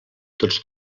tots